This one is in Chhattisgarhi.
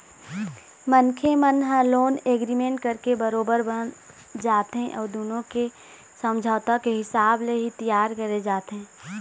मनखे मन ह लोन एग्रीमेंट करके बरोबर बंध जाथे अउ दुनो के समझौता के हिसाब ले ही तियार करे जाथे